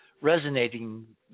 resonating